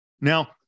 now